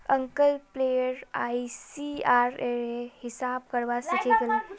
uncle player ICR रे हिसाब करवा सीखे गेल